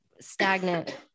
stagnant